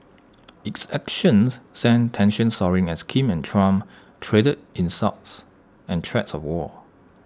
its actions sent tensions soaring as Kim and Trump traded insults and threats of war